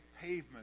pavement